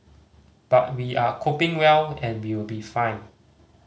but we are coping well and we will be fine